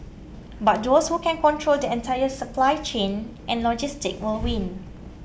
but those who can control the entire supply chain and logistics will win